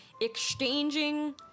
exchanging